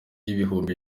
y’ibihumbi